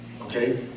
Okay